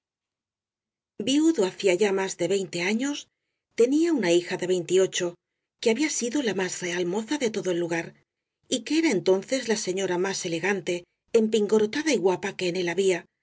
viudo hacía ya más de veinte años tenía una hija de veintiocho que había sido la más real moza de todo el lugar y que era entonces la señora iñás elegante empingorotada y guapa que en él había